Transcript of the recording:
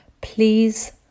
Please